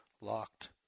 locked